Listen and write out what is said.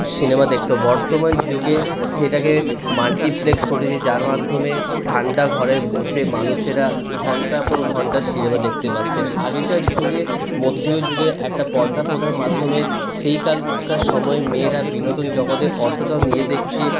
cinema দেখত বর্তমান যুগে সেটাকে মাল্টিপ্লেক্স যার মাধ্যমে ঠান্ডা ঘরে বসে মানুষেরা ঘণ্টার পর ঘণ্টা সিনেমা দেখতে পারছেন আগেকার যুগে মধ্যযুগে একটা পর্দাপ্রথার মাধ্যমে সেইকালকার সময় মেয়েরা বিনোদন জগতে অতটাও নিজেদেরকে